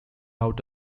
out